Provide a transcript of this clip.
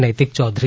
નૈતિક ચૌધરી